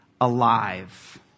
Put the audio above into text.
alive